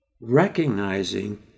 Recognizing